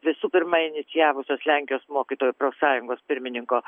visų pirma inicijavusios lenkijos mokytojų profsąjungos pirmininko